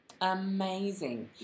Amazing